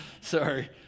Sorry